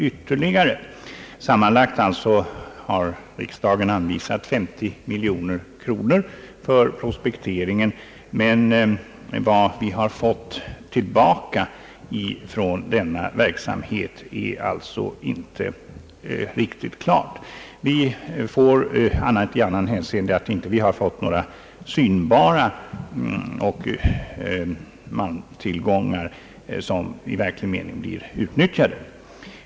Sammanlagt har alltså riksdagen anvisat 50 miljoner kronor för prospekteringen, men vad vi har fått tillbaka från denna verksamhet är inte riktigt klart. Vi har inte fått fram några synbara malmtillgångar som blir utnyttjade.